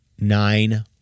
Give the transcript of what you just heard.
Nine